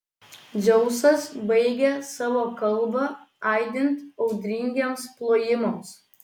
dzeusas baigė savo kalbą aidint audringiems plojimams